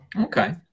Okay